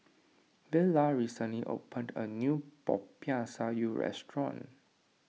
Vela recently opened a new Popiah Sayur restaurant